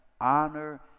honor